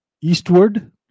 eastward